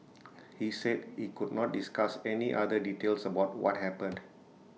he said he could not discuss any other details about what happened